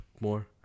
more